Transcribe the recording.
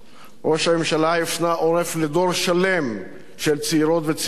ראש הממשלה הפנה עורף לדור שלם של צעירות וצעירים,